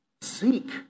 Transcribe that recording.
seek